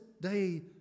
day